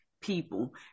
people